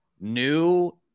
new